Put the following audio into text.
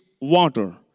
water